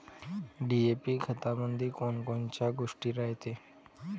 DAP खतामंदी कोनकोनच्या गोष्टी रायते?